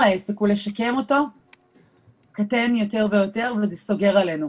העסק ולשקם אותו קטן יותר ויותר וזה סוגר עלינו.